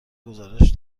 گزارش